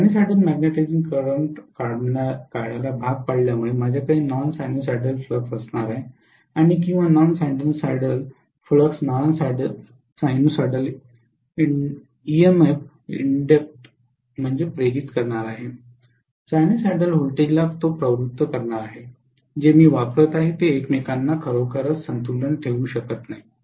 sinusoidal magnetizing current काढायला भाग पाडल्यामुळे माझ्याकडे नॉन सायनुसॉइडल फ्लक्स असणार आहे आणि non sinusoidal flux non sinusoidal EMF प्रेरित करणार आहे आणि सिनोसायडल व्होल्टेजला प्रवृत्त करणार आहे जे मी वापरत आहे ते एकमेकांना खरोखर संतुलन ठेवू शकत नाही